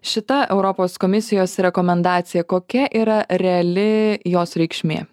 šita europos komisijos rekomendacija kokia yra reali jos reikšmė